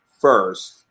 first